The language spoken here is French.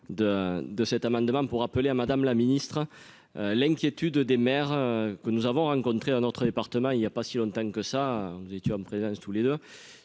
de cet amendement pour appeler à Madame la Ministre, l'inquiétude des maires que nous avons rencontré un autre département, il n'y a pas si longtemps que ça, nous étions en présence tous les deux